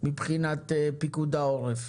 מבחינת פיקוד העורף